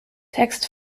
text